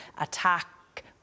attack